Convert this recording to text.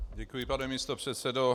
Děkuji, pane místopředsedo.